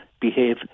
behave